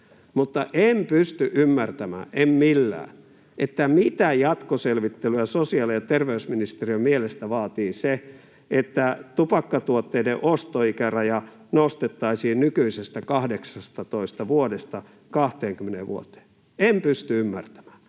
mutta en pysty ymmärtämään, en millään, mitä jatkoselvittelyä sosiaali‑ ja terveysministeriön mielestä vaatii se, että tupakkatuotteiden ostoikäraja nostettaisiin nykyisestä 18 vuodesta 20 vuoteen. En pysty ymmärtämään